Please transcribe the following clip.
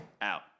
out